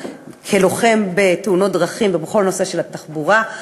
כלוחם בתאונות דרכים ובכל הנושא של התחבורה,